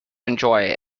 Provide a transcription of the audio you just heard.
enjoy